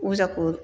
अजाखौ